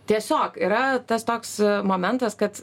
tiesiog yra tas toks momentas kad